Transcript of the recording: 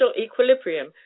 equilibrium